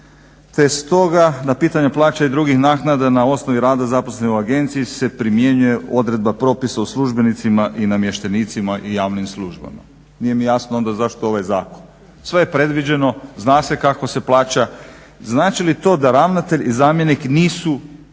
te stoga na pitanje plaća i drugih naknada na osnovi rada zaposlenih u agenciji se primjenjuje odredba propisa o službenicima i namještenicima i javnim službama. Nije mi jasno zašto ovaj zakon? sve je predviđeno, zna se kako se plaća. Znači li to da ravnatelj i zamjenik nisu